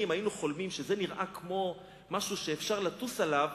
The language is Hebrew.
היינו חולמים שזה נראה כמו משהו שאפשר לטוס אליו,